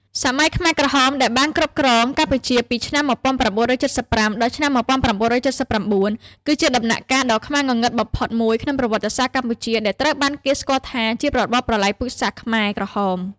សម័យខ្មែរក្រហម ដែលបានគ្រប់គ្រងកម្ពុជាពីឆ្នាំ១៩៧៥ ដល់ឆ្នាំ១៩៧៩ គឺជាដំណាក់កាលដ៏ខ្មៅងងឹតបំផុតមួយក្នុងប្រវត្តិសាស្ត្រកម្ពុជាដែលត្រូវបានគេស្គាល់ថាជា របបប្រល័យពូជសាសន៍ខ្មែរក្រហម។